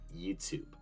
YouTube